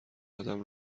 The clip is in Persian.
آدم